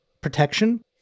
protection